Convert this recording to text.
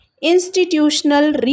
Institutional